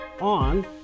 on